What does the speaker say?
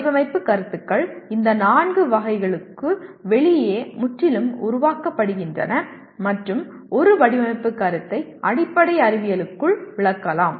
வடிவமைப்பு கருத்துக்கள் இந்த நான்கு வகைகளுக்கு வெளியே முற்றிலும் உருவாக்கப்படுகின்றன மற்றும் ஒரு வடிவமைப்பு கருத்தை அடிப்படை அறிவியலுக்குள் விளக்கலாம்